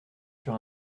sur